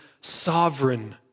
sovereign